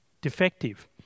defective